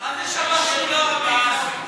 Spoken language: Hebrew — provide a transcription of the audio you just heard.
מה זה שב"חים אם לא ערבים, עיסאווי?